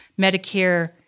Medicare